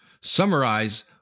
summarize